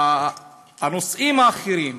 הנושאים האחרים,